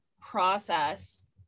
process